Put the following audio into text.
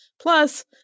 Plus